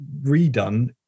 redone